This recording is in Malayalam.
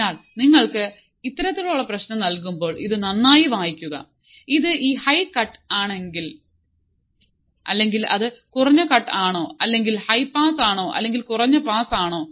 അതിനാൽ നിങ്ങൾക്ക് ഇത്തരത്തിലുള്ള പ്രശ്നം നൽകുമ്പോൾ ഇത് നന്നായി വായിക്കുക ഇത് ഈ ഹൈ കട്ട് ആണെങ്കിൽ അല്ലെങ്കിൽ അത് കുറഞ്ഞ കട്ട് ആണോ അല്ലെങ്കിൽ ഹൈ പാസ് ആണോ അല്ലെങ്കിൽ കുറഞ്ഞ പാസ് ആണോ